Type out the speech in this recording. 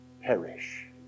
perish